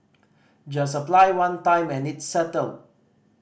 just apply one time and it's settled